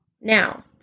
now